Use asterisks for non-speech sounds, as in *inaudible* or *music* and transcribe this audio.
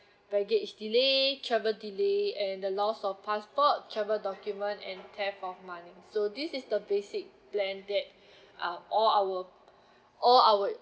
baggage delay travel delay and the loss of passport travel document and theft of money so this is the basic plan that *breath* uh all our all our